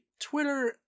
Twitter